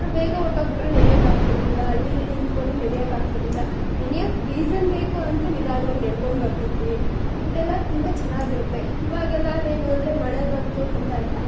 ನಾವು ಬೇಗ ಹೊರಟೋಗ್ಬಿಟ್ರೆ ನೆನೆಯೋಕ್ ಆಗ್ತಿರಲಿಲ್ಲ ಅಲ್ಲಿ ಇಲ್ಲಿ ನಿಂತ್ಕೊಂಡರೂ ನೆನೆಯೋಕ್ ಆಗ್ತಿರಲಿಲ್ಲ ನೆನೆಯೋಕ್ ರೀಸನ್ ಬೇಕು ಅಂತ ನಿಧಾನ್ವಾಗ್ ನಡ್ಕೊಂಬರ್ತಿದ್ವಿ ಇದೆಲ್ಲ ತುಂಬ ಚೆನ್ನಾಗಿರುತ್ತೆ ಇವಾಗೆಲ್ಲ ಏನು ಅಂದರೆ ಮಳೆ ಬಂತು ಅಂತ ಅಂದರೆ